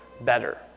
better